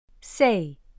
Say